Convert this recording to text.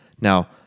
Now